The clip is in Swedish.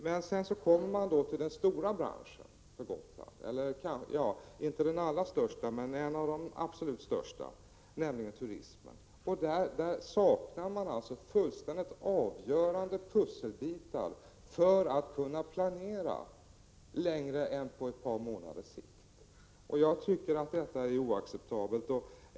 Men när man kommer till en av de absolut största branscherna på Gotland, nämligen turismen, saknar man fullständigt avgörande pusselbitar för att kunna planera längre än på ett par månaders sikt. Jag tycker att detta är oacceptabelt.